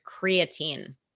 creatine